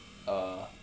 uh